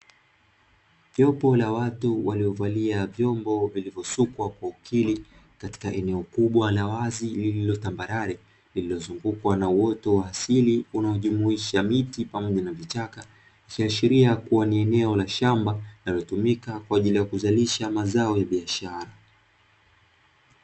Jopo la watu waliovalia vyombo vilivyosukwa kwa ukiri katika eneo kubwa la wazi lililotambarare, lililozungukwa na uoto wa asili unaojumuisha miti pamoja na vichaka. Ikiashiria kuwa ni eneo la shamba linalotumika kwa ajili ya kuzalisha mazao ya biashara.